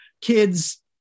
kids